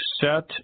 set